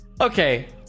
Okay